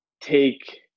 take